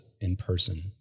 in-person